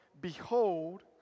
behold